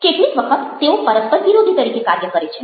કેટલીક વખત તેઓ પરસ્પર વિરોધી તરીકે કાર્ય કરે છે